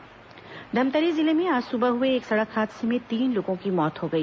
दुर्घटना धमतरी जिले में आज सुबह हुए एक सड़क हादसे में तीन लोगों की मौत हो गई